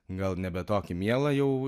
gal nebe tokį mielą jau